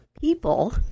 people